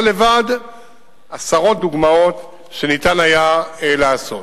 זה לבד עשרות דוגמאות למה שניתן היה לעשות.